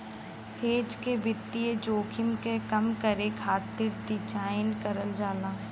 hedge के वित्तीय जोखिम के कम करे खातिर डिज़ाइन करल जाला